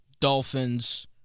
Dolphins